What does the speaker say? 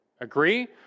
Agree